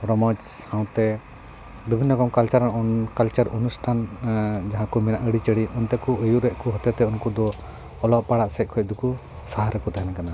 ᱨᱚᱢᱚᱡᱽ ᱥᱟᱶᱛᱮ ᱵᱤᱵᱷᱤᱱᱱᱚ ᱨᱚᱠᱚᱢ ᱠᱟᱞᱪᱟᱨ ᱠᱟᱞᱪᱟᱨ ᱚᱱᱩᱥᱴᱷᱟᱱ ᱡᱟᱦᱟᱸ ᱠᱚ ᱢᱮᱱᱟᱜ ᱟᱹᱨᱤᱪᱟᱹᱞᱤ ᱚᱱᱛᱮ ᱠᱚ ᱟᱹᱭᱩᱨᱮᱫ ᱠᱚ ᱦᱚᱛᱮ ᱛᱮ ᱩᱱᱠᱩ ᱫᱚ ᱚᱞᱚᱜ ᱯᱟᱲᱦᱟᱜ ᱥᱮᱫ ᱠᱷᱚᱱ ᱫᱚᱠᱚ ᱥᱟᱦᱟ ᱨᱮᱠᱚ ᱛᱟᱦᱮᱱ ᱠᱟᱱᱟ